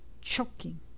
choking